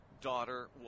daughter